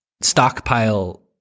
stockpile